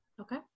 okay